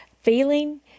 feeling